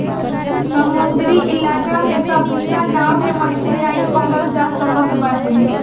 समुंदरी इलाका में तअ बिना नाव के मछरी नाइ पकड़ल जा सकत बाटे